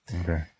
Okay